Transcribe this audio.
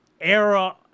era